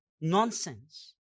Nonsense